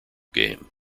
game